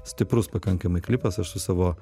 stiprus pakankamai klipas aš su savo